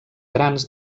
grans